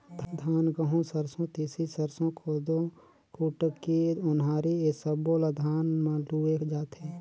धान, गहूँ, सरसो, तिसी, सरसो, कोदो, कुटकी, ओन्हारी ए सब्बो ल धान म लूए जाथे